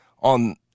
on